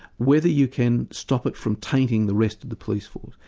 whether you can stop it from tainting the rest of the police force.